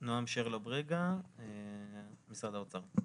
נעם שרלו בריגה, משרד האוצר.